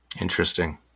Interesting